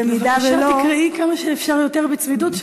בבקשה תקראי כמה שאפשר יותר בצמידות,